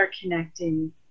connecting